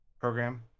program